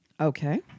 okay